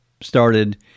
started